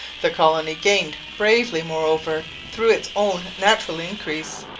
the colony gained bravely, moreover, through its own natural increase,